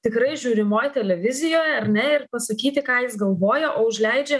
tikrai žiūrimoj televizijoje ar ne ir pasakyti ką jis galvoja o užleidžia